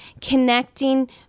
connecting